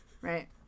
Right